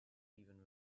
even